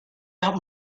out